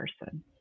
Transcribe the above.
person